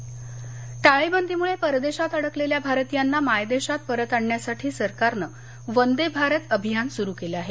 वंदे भारत टाळेबंदीमुळं परदेशात अडकलेल्या भारतीयांना मायदेशात परत आणण्यासाठी सरकारनं वंदे भारत अभियान सुरू केलं आहे